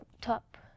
top